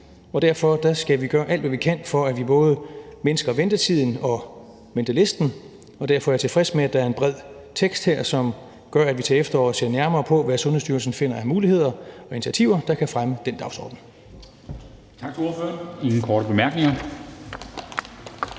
Derfor skal vi gøre alt, hvad vi kan, for, at vi både mindsker ventetiden og ventelisten, og derfor er jeg tilfreds med, at der er en bred tekst her, som gør, at vi til efteråret ser nærmere på, hvad Sundhedsstyrelsen finder af muligheder og initiativer, der kan fremme den dagsorden.